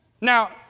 Now